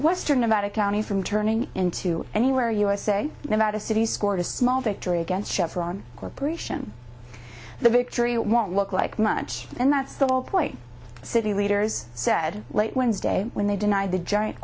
western nevada county from turning into anywhere usa nevada city scored a small victory against chevron corp the victory won't look like much and that's the whole point city leaders said late wednesday when they denied the giant